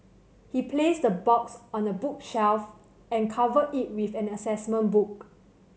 he placed the box on a bookshelf and covered it with an assessment book